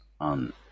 on